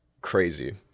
crazy